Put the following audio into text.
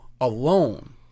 alone